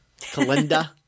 Kalinda